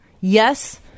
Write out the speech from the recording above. Yes